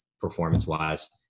performance-wise